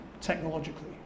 technologically